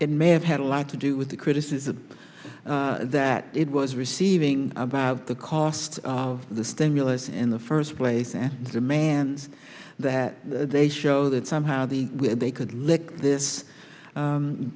it may have had a lot to do with the criticize that it was receiving about the cost of the stimulus in the first place and demand that they show that somehow the way they could lick this